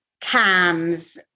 cams